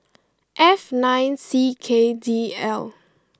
F nine C K D L